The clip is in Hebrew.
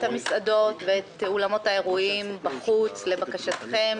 המסעדות ואת אולמות האירועים בחוץ לבקשתכם,